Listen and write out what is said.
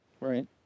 Right